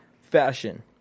Fashion